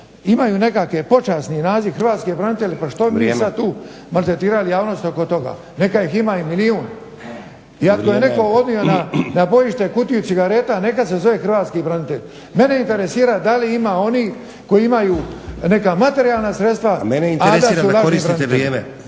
imaju nekakav počasni naziv hrvatski branitelj pa što bi mi sada tu maltretirali javnost oko toga, neka ih ima milijun. … /Upadica: Vrijeme./ … i ako je netko na … bojište kutiju cigareta neka se zove hrvatski branitelj. Mene interesira da li ima onih koji imaju neka materijalna sredstva. **Stazić, Nenad